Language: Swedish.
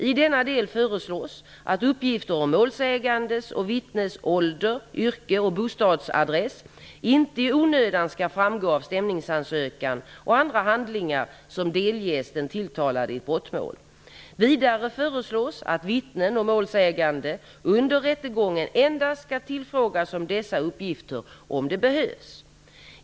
I denna del föreslås att uppgifter om målsägandes och vittnens ålder, yrke och bostadsadress inte i onödan skall framgå av stämningsansökan och andra handlingar som delges den tilltalade i ett brottmål. Vidare föreslås att vittnen och målsägande under rättegången endast skall tillfrågas om dessa uppgifter om det behövs.